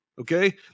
okay